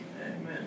Amen